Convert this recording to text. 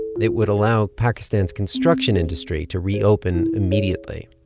it would allow pakistan's construction industry to reopen immediately,